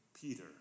Peter